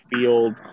field